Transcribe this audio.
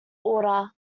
order